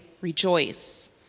rejoice